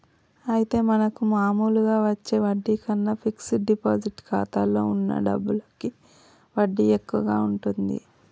అయితే మనకు మామూలుగా వచ్చే వడ్డీ కన్నా ఫిక్స్ డిపాజిట్ ఖాతాలో ఉన్న డబ్బులకి వడ్డీ ఎక్కువగా ఉంటుంది